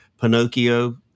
Pinocchio